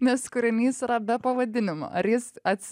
nes kūrinys yra be pavadinimo ar jis ats